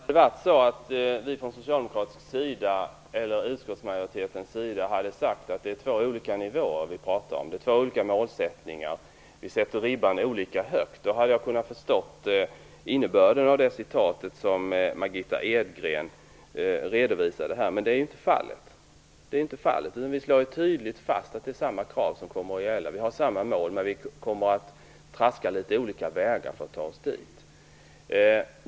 Herr talman! Om det hade varit så att vi från socialdemokratisk sida eller från utskottsmajoritetens sida hade sagt att det är två olika nivåer, två olika målsättningar eller att vi sätter ribban olika högt, hade jag kunnat förstå innebörden av det citat som Margitta Edgren läste upp. Men det är inte fallet. Vi slår ju tydligt fast att samma krav kommer att gälla. Vi har samma mål, men vi kommer att traska olika vägar för att ta oss dit.